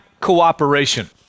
cooperation